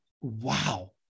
wow